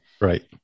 right